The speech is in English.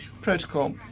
Protocol